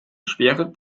schwere